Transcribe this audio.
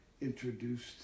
introduced